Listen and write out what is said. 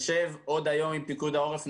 נשב עוד היום עם פיקוד העורף.